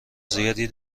زیاد